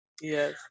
Yes